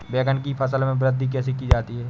बैंगन की फसल में वृद्धि कैसे की जाती है?